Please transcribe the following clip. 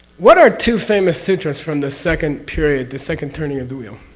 what are two famous sutras from the second period the second turning of the wheel?